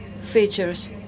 features